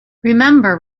remember